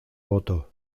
voto